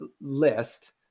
list